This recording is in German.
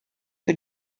für